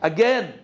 Again